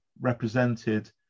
represented